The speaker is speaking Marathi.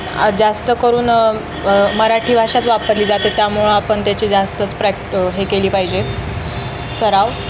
जास्त करून मराठी भाषाच वापरली जाते त्यामुळं आपण त्याची जास्तच प्रॅक्ट हे केली पाहिजे सराव